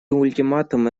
ультиматумы